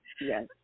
Yes